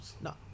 No